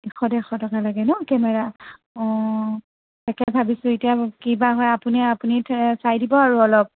এশ ডেৰশ টকা লাগে ন' কেমেৰা অঁ তাকে ভাবিছোঁ এতিয়া কি বা হয় আপুনি আপুনিয়ে চাই দিব আৰু অলপ